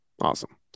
Awesome